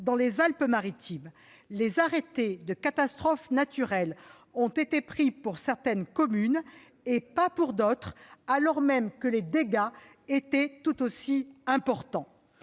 dans les Alpes-Maritimes. Les arrêtés de catastrophe naturelle ont été pris pour certaines communes et pas pour d'autres, alors même que les dégâts étaient tout aussi importants.